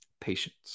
patience